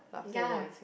ya